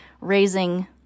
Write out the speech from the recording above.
raising